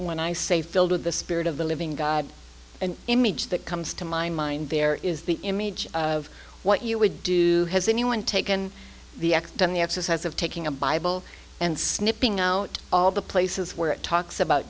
when i say filled with the spirit of the living god an image that comes to my mind there is the image of what you would do has anyone taken the act done the exercise of taking a bible and snipping out all the places where it talks about